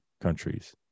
countries